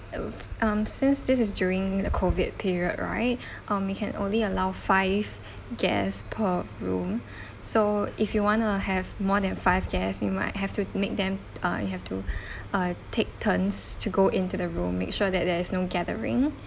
uh um since this is during the COVID period right um we can only allow five guests per room so if you want to have more than five guests you might have to make them uh you have uh take turns to go into the room make sure that there is no gathering